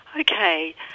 Okay